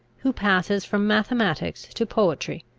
who passes from mathematics to poetry,